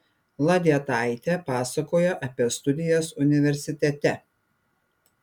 ladietaitė pasakojo apie studijas universitete